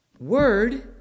Word